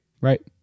Right